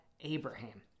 Abraham